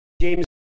James